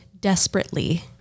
desperately